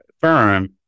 firm